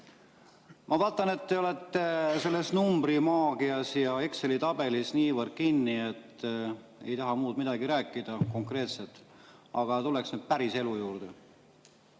Ma vaatan, et te olete selles numbrimaagias ja Exceli tabelis niivõrd kinni, et ei taha millestki muust konkreetselt rääkida. Aga tuleks nüüd päriselu juurde.